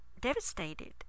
devastated